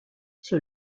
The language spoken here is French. sur